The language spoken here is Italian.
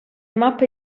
mappe